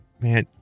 Man